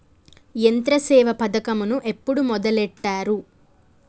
యంత్రసేవ పథకమును ఎప్పుడు మొదలెట్టారు?